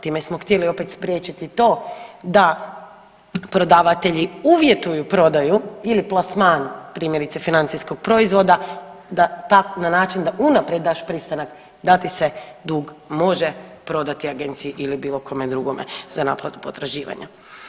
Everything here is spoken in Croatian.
Time smo htjeli opet spriječiti to da prodavatelji uvjetuju prodaju ili plasman primjerice financijskog proizvoda da, na način da unaprijed daš pristanak da ti se dug može prodati agenciji ili bilo kome drugome za naplatu potraživanja.